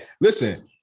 listen